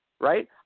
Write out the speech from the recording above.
right